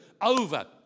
over